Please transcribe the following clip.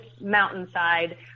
mountainside